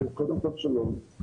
31 בינואר 2022,